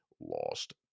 lost